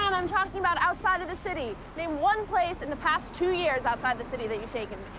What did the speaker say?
and i'm talking about outside of the city. name one place in the past two years outside the city that you've taken